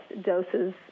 doses